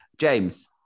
James